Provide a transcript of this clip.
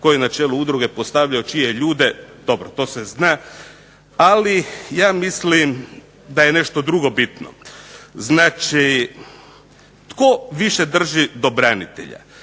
tko je na čelu udruge postavio čije ljude, dobro to se zna, ali ja mislim da je nešto drugo bitno. Znači tko više drži do branitelja,